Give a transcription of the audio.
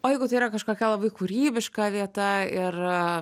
o jeigu tai yra kažkokia labai kūrybiška vieta ir